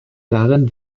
darin